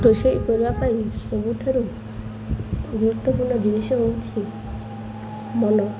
ରୋଷେଇ କରିବା ପାଇଁ ସବୁଠାରୁ ଗୁରୁତ୍ୱପୂର୍ଣ୍ଣ ଜିନିଷ ହେଉଛି ମନ